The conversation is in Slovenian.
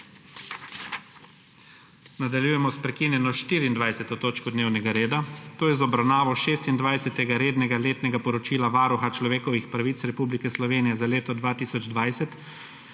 Nadaljujemo s prekinjeno 24. točko dnevnega reda, to je z obravnavo Šestindvajsetega rednega letnega poročila Varuha človekovih pravic Republike Slovenije za leto 2020